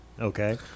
Okay